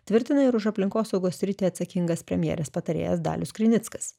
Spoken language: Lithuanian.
tvirtina ir už aplinkosaugos sritį atsakingas premjerės patarėjas dalius krinickas